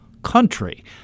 country